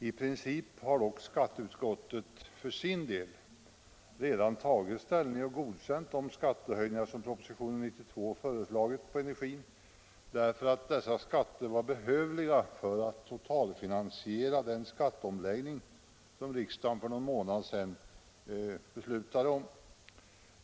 I princip har dock skatteutskottet för sin del redan tagit ställning och godkänt de skattehöjningar som i propositionen 92 föreslagits på energin därför att dessa skatter var behövliga för att totalfinansiera den skatteomläggning som riksdagen för någon månad sedan beslutade om.